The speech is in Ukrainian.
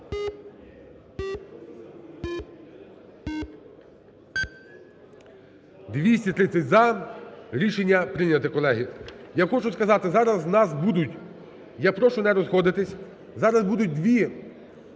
За-230 Рішення прийняте, колеги. Я хочу сказати, зараз у нас будуть, я прошу не розходитись, зараз будуть два